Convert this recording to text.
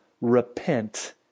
repent